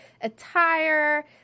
attire